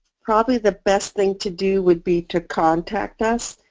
probably the best thing to do would be to contact us.